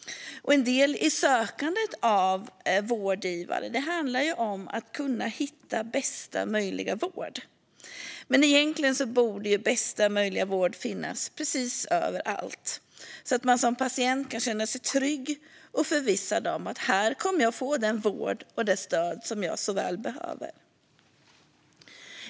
En del i sökandet efter vårdgivare handlar om att hitta bästa möjliga vård. Men egentligen borde ju bästa möjliga vård finnas precis överallt så att man som patient kan känna sig trygg och förvissad om att få den vård och det stöd man så väl behöver.